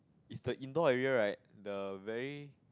is the indoor area right the very